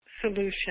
solution